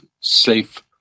safe